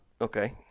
Okay